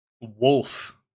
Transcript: wolf